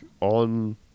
on